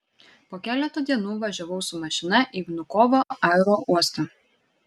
po keleto dienų važiavau su mašina į vnukovo aerouostą